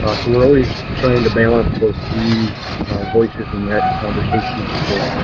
ah so we're always trying to balance those three voices in that conversation of well,